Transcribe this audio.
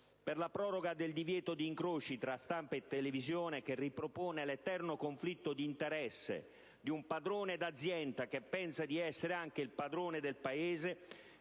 Per la proroga del divieto di incroci tra stampa e televisione, che ripropone l'eterno conflitto di interessi di un padrone d'azienda che pensa di essere anche il padrone del Paese,